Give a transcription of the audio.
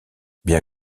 bien